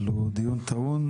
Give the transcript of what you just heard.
אבל הוא דיון טעון.